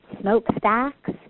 smokestacks